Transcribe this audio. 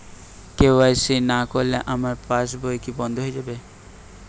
KYC না করলে আমার পাশ বই কি বন্ধ হয়ে যাবে?